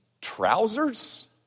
trousers